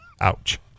Ouch